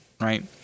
Right